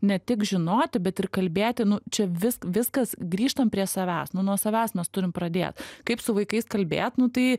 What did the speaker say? ne tik žinoti bet ir kalbėti nu čia vis viskas grįžtam prie savęs nu nuo savęs nes turim pradėt kaip su vaikais kalbėt nu tai